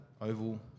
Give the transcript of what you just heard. Oval